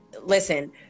listen